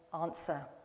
answer